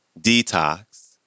Detox